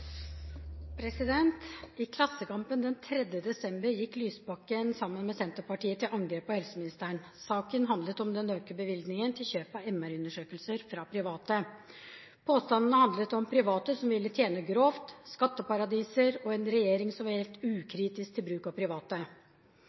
I Klassekampen den 3. desember gikk Lysbakken, sammen med Senterpartiet, til angrep på helseministeren. Saken handlet om den økte bevilgningen til kjøp av MR-undersøkelser fra private. Påstandene handlet om private som ville tjene grovt, skatteparadiser og en regjering som var helt ukritisk til bruk av private.